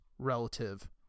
relative